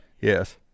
Yes